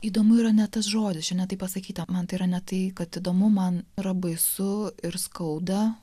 įdomu yra ne tas žodis čia ne taip pasakyta man tai yra ne tai kad įdomu man yra baisu ir skauda